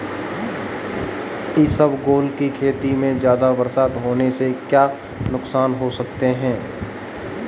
इसबगोल की खेती में ज़्यादा बरसात होने से क्या नुकसान हो सकता है?